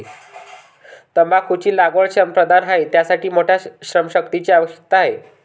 तंबाखूची लागवड श्रमप्रधान आहे, त्यासाठी मोठ्या श्रमशक्तीची आवश्यकता आहे